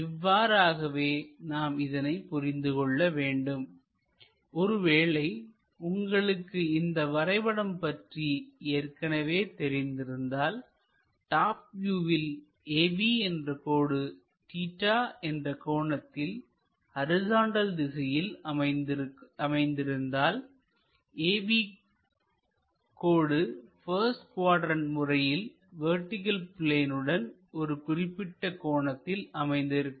இவ்வாறாகவே நாம் இதனை புரிந்து கொள்ள வேண்டும் ஒருவேளை உங்களுக்கு இந்த வரைபடம் பற்றி ஏற்கனவே தெரிந்திருந்தால்டாப் வியூவில் AB என்ற கோடு தீட்டா என்ற கோணத்தில் ஹரிசாண்டல் திசையில் அமைந்திருந்தால் AB கோடு பஸ்ட் குவாட்ரண்ட் முறையில் வெர்டிகள் பிளேன் உடன் ஒரு குறிப்பிட்ட கோணத்திலும் அமைந்திருக்கும்